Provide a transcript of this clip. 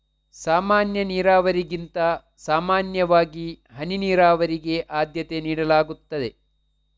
ಸಾಮಾನ್ಯ ನೀರಾವರಿಗಿಂತ ಸಾಮಾನ್ಯವಾಗಿ ಹನಿ ನೀರಾವರಿಗೆ ಆದ್ಯತೆ ನೀಡಲಾಗ್ತದೆ